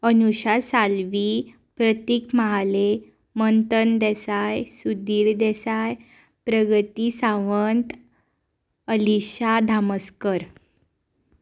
Anusha Salvi Pratik Mahale Manthan Desai Sudhir Desai Pragati Sawant Alisha Dhamaskar